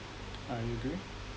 I agree